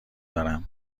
دارم